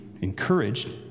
encouraged